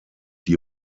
die